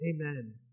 Amen